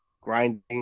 grinding